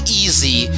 easy